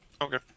Okay